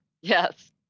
Yes